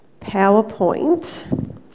PowerPoint